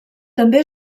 també